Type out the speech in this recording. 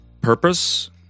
purpose